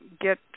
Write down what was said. get